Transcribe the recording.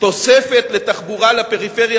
תוספת לתחבורה לפריפריה,